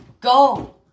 go